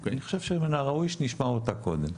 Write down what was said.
אני חושב שמן הראוי שנשמע אותה קודם.